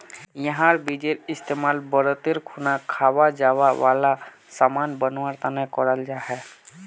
यहार बीजेर इस्तेमाल व्रतेर खुना खवा जावा वाला सामान बनवा तने कराल जा छे